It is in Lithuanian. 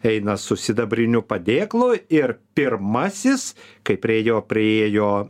eina su sidabriniu padėklu ir pirmasis kai prie jo priėjo